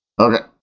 Okay